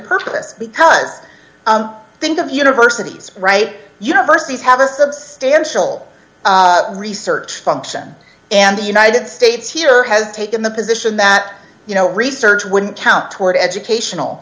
purpose because i think of universities right universities have a substantial research function and the united states here has taken the position that you know research wouldn't count toward educational